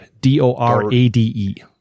D-O-R-A-D-E